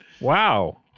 Wow